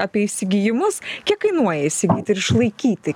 apie įsigijimus kiek kainuoja įsigyti ir išlaikyti